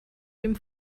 dem